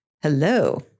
hello